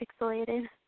pixelated